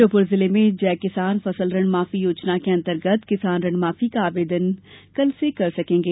श्योपुर जिले में जय किसान फसल ऋण माफी योजना के अंतर्गत किसान ऋण माफी का आवेदन कल से कर सकेंगे